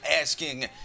asking